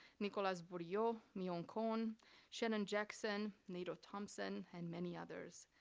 nicolas bourriaud, miwon kwon, shannon jackson, nato thompson, and many others.